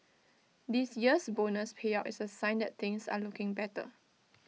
this year's bonus payout is A sign that things are looking better